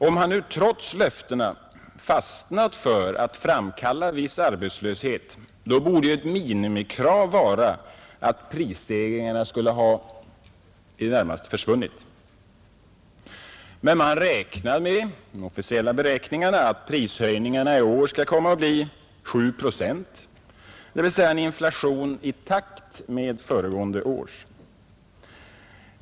Om han nu trots löftena fastnat för att framkalla viss arbetslöshet borde ett minimikrav vara att prisstegringarna skulle ha i det närmaste försvunnit. Men man räknar i de officiella beräkningarna med att prishöjningarna i år skall bli 7 procent, dvs. en inflation i takt med föregående års.